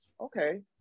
okay